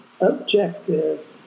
objective